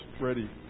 ready